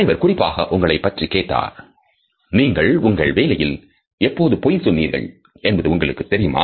தலைவர் குறிப்பாக உங்களைப் பற்றிக் கேட்டார் நீங்கள் உங்கள் வேலையில் எப்போது பொய் சொன்னீர்கள் என்பது உங்களுக்கு தெரியுமா